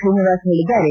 ಶ್ರೀನಿವಾಸ್ ಹೇಳಿದ್ದಾರೆ